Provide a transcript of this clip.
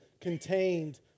contained